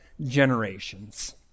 generations